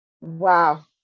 Wow